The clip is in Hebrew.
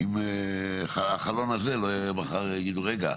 אם מחר יגידו, רגע,